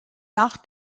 nach